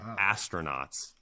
Astronauts